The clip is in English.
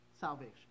salvation